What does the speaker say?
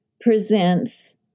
presents